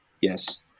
Yes